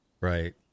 right